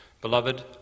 Beloved